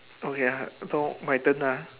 okay ya so my turn ah